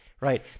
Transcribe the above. Right